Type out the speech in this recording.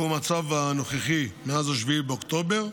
שהוא המצב הנוכחי מאז 7 באוקטובר,